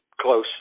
close